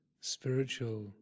spiritual